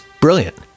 brilliant